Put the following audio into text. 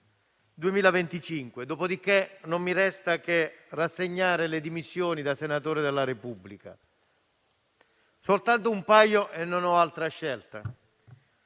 2025 dopodiché non mi resta che rassegnare le dimissioni da senatore della Repubblica. Non ho altra scelta.